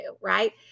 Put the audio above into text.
right